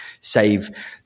save